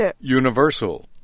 Universal